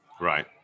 Right